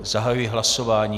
Zahajuji hlasování.